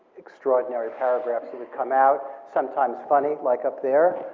extraordinary paragraphs that would come out, sometimes funny, like up there,